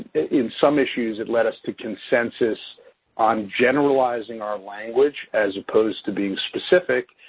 in some issues it led us to consensus on generalizing our language as opposed to being specific,